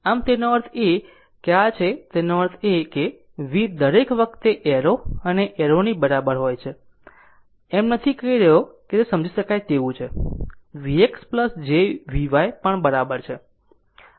આમ તેનો અર્થ એ કે આ છે એનો અર્થ એ કે v દરેક વખતે એરો અને એરોની બરાબર હોય છે એમ નથી કહી રહ્યો તે સમજી શકાય તેવું છે v x j Vy પણ બરાબર છે